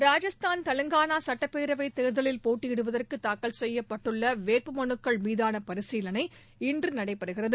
ராஜஸ்தான் தெலங்கானா சுட்டப்பேரவை தேர்தவில் போட்டியிடுவதற்கு தாக்கல் செய்யப்பட்டுள்ள வேட்பு மனுக்கள் மீதான பரிசீலனை இன்று நடைபெறுகிறது